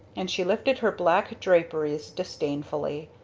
and she lifted her black draperies disdainfully.